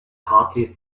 hardly